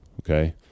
Okay